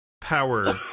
power